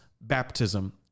baptism